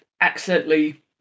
accidentally